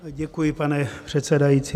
Děkuji, pane předsedající.